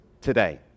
today